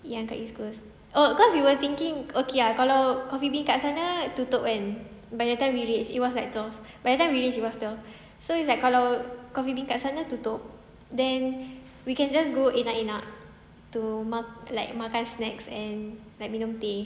yang kat east coast oh cause we were thinking okay ah kalau Coffee Bean kat sana tutup kan by the time we reach it was like twelve by the time we reach it was twelve so it's like kalau Coffee Bean kat sana tutup then we can just go enak enak to mak~ like makan snacks and like minum teh